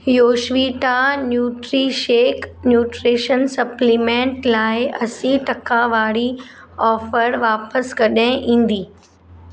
योश्विता Nutrishake nutrition supplement लाइ असी टका वारी ऑफर वापसि कॾहिं ईंदी